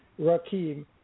Rakim